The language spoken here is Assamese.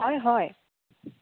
হয় হয়